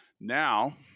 Now